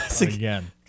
again